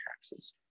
taxes